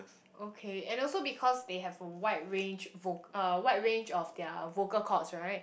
okay and also because they have a wide range voc~ uh wide range of their vocal cords right